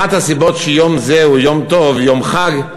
אחת הסיבות לכך שיום זה הוא יום טוב, יום חג,